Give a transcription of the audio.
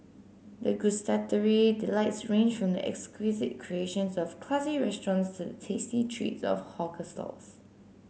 the gustatory delights range from the exquisite creations of classy restaurants to tasty treats of hawker stalls